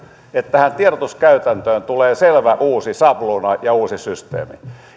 että tähän tiedotuskäytäntöön tulee selvä uusi sabluuna ja uusi systeemi